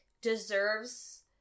deserves